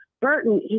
Burton